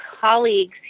colleagues